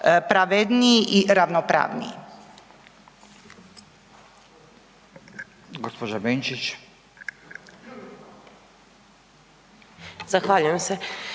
pravedniji i ravnopravniji.